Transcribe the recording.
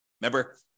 Remember